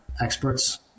experts